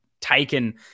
taken